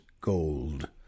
gold